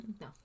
No